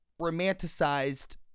romanticized